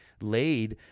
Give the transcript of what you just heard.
laid